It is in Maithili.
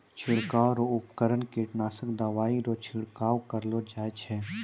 छिड़काव रो उपकरण कीटनासक दवाइ रो छिड़काव करलो जाय छै